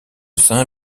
saint